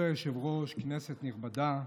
כבוד היושב-ראש, כנסת נכבדה,